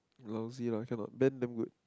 lousy lah I cannot Ben damn good